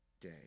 day